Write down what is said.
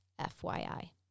FYI